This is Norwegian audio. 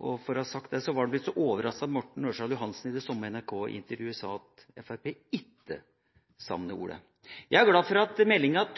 For å ha sagt det: Det var vel ikke så overraskende at Morten Ørsal Johansen, i det samme NRK-intervjuet sa at Fremskrittspartiet ikke savner det ordet. Jeg er glad for at meldinga